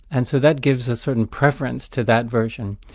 and so that gives a certain preference to that version.